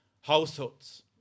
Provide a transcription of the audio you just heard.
households